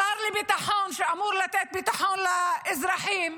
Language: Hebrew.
השר לביטחון, שאמור לתת ביטחון לאזרחים,